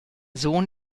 sohn